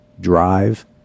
drive